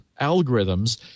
algorithms